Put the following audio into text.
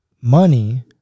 money